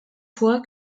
fois